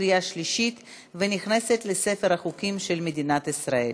עברה בקריאה שנייה וקריאה שלישית ונכנסת לספר החוקים של מדינת ישראל.